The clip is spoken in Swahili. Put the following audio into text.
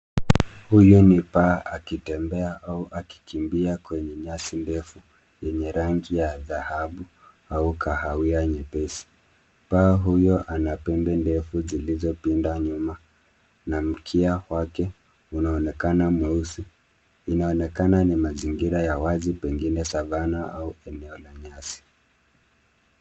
Huyu ni paa akitembea au akikimbia kwenye nyasi ndefu yenye rangi ya dhahabu au kahawia nyepesi. Paa huyo ana pembe ndefu zilizopinda nyuma na mkia wake unaonekana mweusi. Inaonekana ni mazingira ya wazi pengine savana au eneo la nyasi.